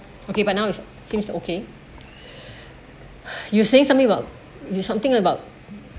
okay but now it seems okay you say something about something about